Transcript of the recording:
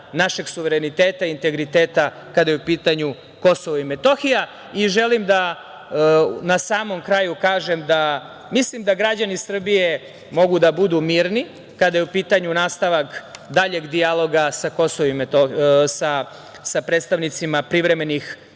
našeg suvereniteta i integriteta kada je u pitanju Kosovo i Metohija. Želim da na samom kraju kažem da mislim da građani Srbije mogu da budu mirni kada je u pitanju nastavak daljeg dijaloga sa predstavnicima privremenih